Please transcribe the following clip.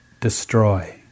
destroy